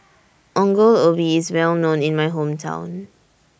Ongol Ubi IS Well known in My Hometown